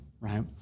right